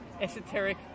esoteric